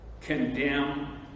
condemn